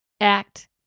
act